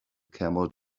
camel